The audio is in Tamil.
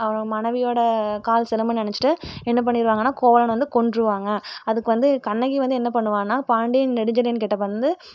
அவங்க மனைவியோட கால் சிலம்புன்னு நினச்சுட்டு என்ன பண்ணிருவாங்கன்னால் கோவலனை வந்து கொன்றுவாங்கள் அதுக்கு வந்து கண்ணகி வந்து என்ன பண்ணுவானால் பாண்டியன் நெடுஞ்செழியன்கிட்ட வந்து